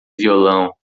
violão